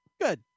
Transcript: Good